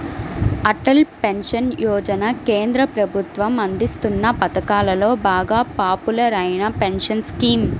Atal pension Yojana కేంద్ర ప్రభుత్వం అందిస్తోన్న పథకాలలో బాగా పాపులర్ అయిన పెన్షన్ స్కీమ్